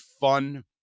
fun